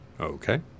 okay